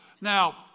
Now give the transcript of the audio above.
Now